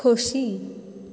खोशी